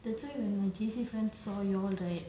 that's why when my J_C friend saw y'all right